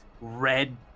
red